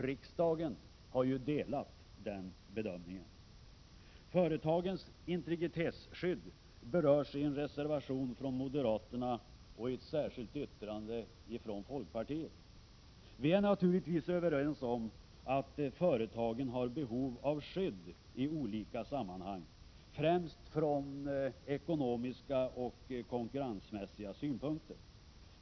Riksdagen har delat den bedömningen. Företagens integritetsskydd berörs i en reservation från moderaterna och i ett särskilt yttrande från folkpartiet. Vi är naturligtvis överens om att företagen har behov av skydd i olika sammanhang, främst från ekonomiska och konkurrensmässiga synpunkter.